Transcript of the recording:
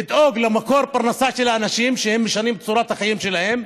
לדאוג למקור פרנסה של האנשים שהם משנים את צורת החיים שלהם.